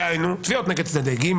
דהיינו: תביעות נגד צדדי ג',